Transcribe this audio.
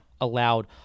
allowed